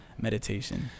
meditation